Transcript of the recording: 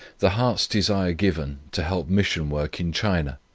the heart's desire given to help mission work in china.